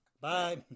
Bye